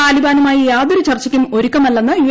താലിബാനുമായി യാതൊരു ചർച്ചയ്ക്കും ഒരുക്കമല്ലെന്ന് യു